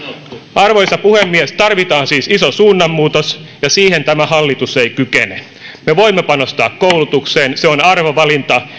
arvoisa puhemies tarvitaan siis iso suunnanmuutos ja siihen tämä hallitus ei kykene me voimme panostaa koulutukseen se on arvovalinta